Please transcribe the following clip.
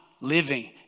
living